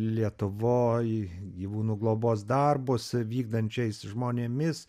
lietuvoj gyvūnų globos darbus vykdančiais žmonėmis